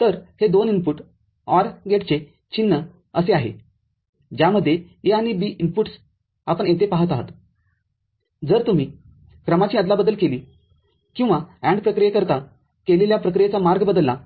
तरहे २ input OR गेटचेचिन्ह असे आहे ज्यामध्ये A आणि B इनपुट्सआपण येथे पाहत आहात जर तुम्ही क्रमाची अदलाबदल केली किंवा AND प्रक्रियेकरिता केलेल्या प्रक्रियेचा मार्ग बदलला